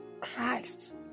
Christ